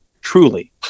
truly